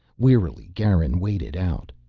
wearily garin waded out.